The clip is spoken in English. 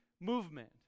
movement